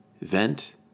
vent